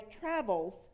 travels